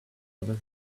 other